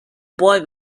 boy